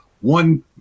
one